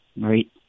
right